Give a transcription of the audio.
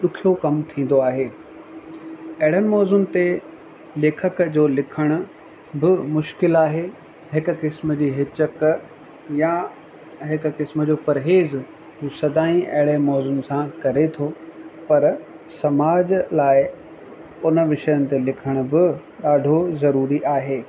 ॾुखियो कमु थींदो आहे अहिड़नि मौज़ुनि ते लेखक जो लिखण बि मुश्किल आहे हिक क़िस्म जी हिचक या हिक क़िस्म जो परहेज़ हू सदाई अहिड़े मौज़ुनि सां करे थो पर समाज लाइ उन विषयनि ते लिखण बि ॾाढो ज़रूरी आहे